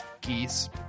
Geese